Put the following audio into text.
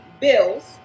bills